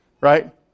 Right